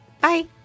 Bye